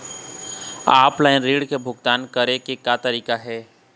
Offline ऋण के भुगतान करे के का तरीका हे?